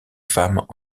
femmes